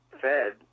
fed